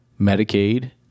Medicaid